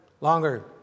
longer